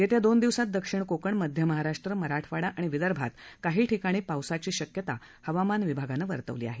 येत्या दोन दिवसात दक्षिण कोकण मध्य महाराष्ट्र मराठवाडा आणि विदर्भात काही ठिकाणी पावसाची शक्यता हवामान विभागानं वर्तवली आहे